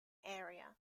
area